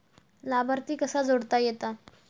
लाभार्थी कसा जोडता येता?